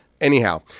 Anyhow